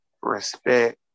respect